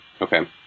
Okay